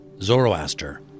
Zoroaster